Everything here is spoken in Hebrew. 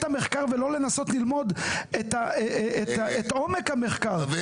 המחקר ולא לנסות ללמוד את עומק המחקר,